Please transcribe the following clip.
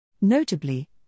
Notably